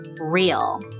real